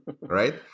Right